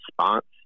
response